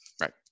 right